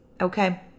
okay